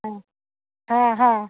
हाँ हाँ हाँ